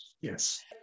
yes